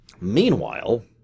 Meanwhile